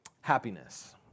happiness